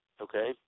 okay